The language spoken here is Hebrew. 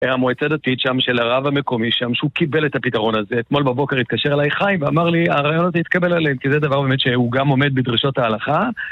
המועצה דתית שם, של הרב המקומי שם, שהוא קיבל את הפתרון הזה. אתמול בבוקר התקשר אליי חיים ואמר לי הרעיון הזה התקבל עליהם כי זה דבר באמת שהוא גם עומד בדרישות ההלכה